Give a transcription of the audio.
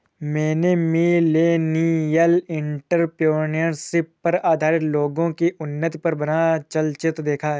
मैंने millennial entrepreneurship पर आधारित लोगो की उन्नति पर बना चलचित्र देखा